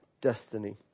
destiny